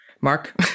Mark